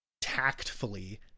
tactfully